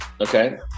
Okay